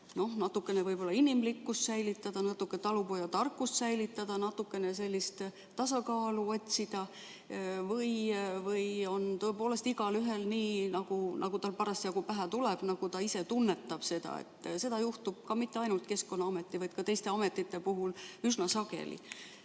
natukene inimlikkust säilitada, natuke talupojatarkust säilitada, natukene sellist tasakaalu otsida, või tõepoolest igaüks teeb nii, nagu tal parasjagu pähe tuleb, nagu ta ise tunnetab? Seda juhtub mitte ainult Keskkonnaameti, vaid ka teiste ametite puhul üsna sageli.